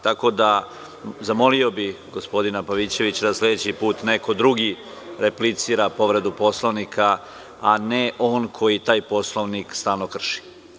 Tako da, zamolio bih gospodina Pavićevića da sledeći put neko drugi replicira povredu Poslovnika, a ne on koji taj Poslovnik stalno krši.